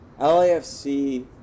LAFC